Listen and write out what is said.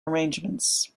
arrangements